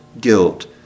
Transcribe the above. guilt